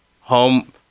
home